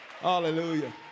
Hallelujah